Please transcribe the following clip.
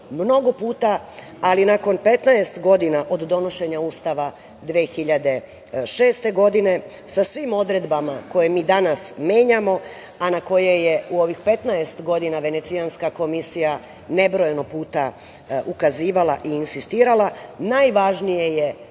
mnogo puta, ali nakon 15 godina od donošenja Ustava 2006. godine, sa svim odredbama koje mi danas menjamo a na koje je u ovih 15 godina Venecijanska komisija nebrojano puta ukazivala i insistirala, najvažnije je